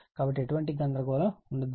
కాబట్టి ఎటువంటి గందరగోళం ఉండకూడదు